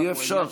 אי-אפשר.